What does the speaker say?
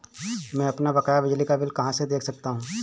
मैं अपना बकाया बिजली का बिल कहाँ से देख सकता हूँ?